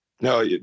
No